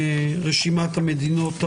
להאריך מעט את הדיון אל תוך המליאה,